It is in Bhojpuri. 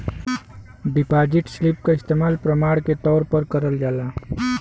डिपाजिट स्लिप क इस्तेमाल प्रमाण के तौर पर करल जाला